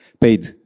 paid